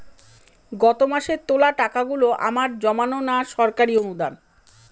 গত মাসের তোলা টাকাগুলো আমার জমানো না সরকারি অনুদান?